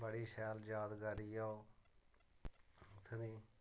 बड़ी शैल जादगरी ऐ ओह् उत्थूं दी